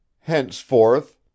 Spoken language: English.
Henceforth